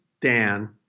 Dan